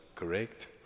correct